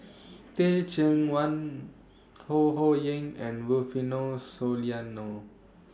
Teh Cheang Wan Ho Ho Ying and Rufino Soliano